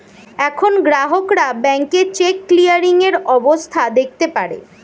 এখন গ্রাহকরা ব্যাংকে চেক ক্লিয়ারিং এর অবস্থা দেখতে পারে